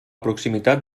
proximitat